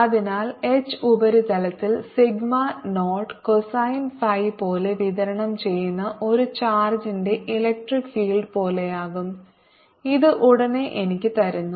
അതിനാൽ H ഉപരിതലത്തിൽ sigma naught cosine phi പോലെ വിതരണം ചെയ്യുന്ന ഒരു ചാർജിന്റെ ഇലക്ട്രിക് ഫീൽഡ് പോലെയാകും ഇത് ഉടനെ എനിക്ക് തരുന്നു